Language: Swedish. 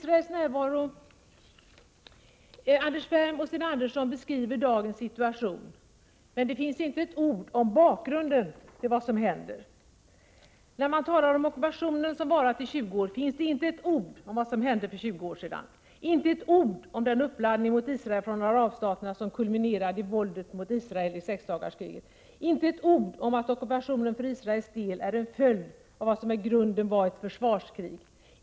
Anders Ferm och Sten Andersson beskriver dagens situation, men det finns inte ett ord om bakgrunden till vad som händer. När man talar om att ockupationen varat i 20 år, finns det inte ett ord om vad som hände för 20 år sedan. Inte ett ord om den uppladdning mot Israel från arabstaterna som kulminerade i våldet mot Israel i sexdagarskriget. Inte ett ord om att ockupationen för Israels del är en följd av vad som i grunden var ett försvarskrig.